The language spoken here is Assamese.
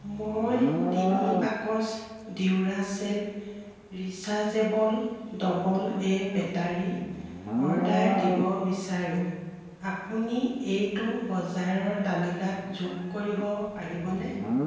মই তিনি box Duracell rechargeable double A battery order দিব বিচাৰো আপুনি এইটো বজাৰৰ তালিকাত যোগ কৰিব পাৰিবনে